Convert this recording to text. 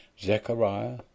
Zechariah